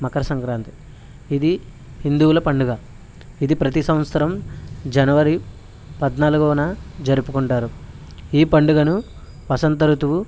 మకర సంక్రాంతి ఇది హిందువుల పండుగ ఇది ప్రతీ సంవత్సరం జనవరి పద్నాలుగున జరుపుకుంటారు ఈ పండగను వసంత ఋతువు